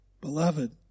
beloved